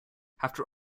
after